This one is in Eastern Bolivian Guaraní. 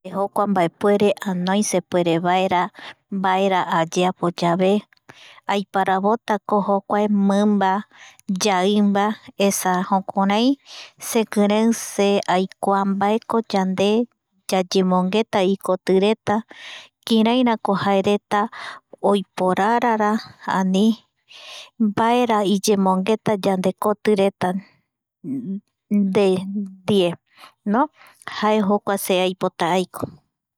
Jokuae mbaepuere anoi sepuerevaera mabera ayeapo yave aiparavotako jokua mimba yaimba esa jukurai sekirei se aikua mbaeko yande yayemomgeta ikotireta kirairako jaereta oiporara ani mbaera iyemongeta yandekotireta yande ndie no jae jokua se aipota aiko aiko